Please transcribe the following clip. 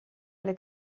alle